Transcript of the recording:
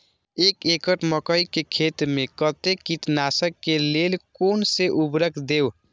एक एकड़ मकई खेत में कते कीटनाशक के लेल कोन से उर्वरक देव?